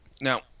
Now